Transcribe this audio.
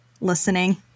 listening